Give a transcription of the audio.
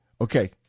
Okay